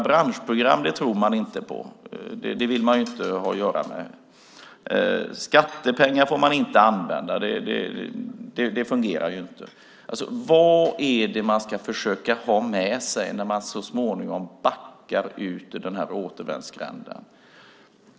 Branschprogram tror man inte på - det vill man inte ha att göra med. Skattepengar får man inte använda - det fungerar inte. Vad är det man ska försöka ha med sig när man så småningom backar ut ur den här återvändsgränden?